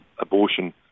abortion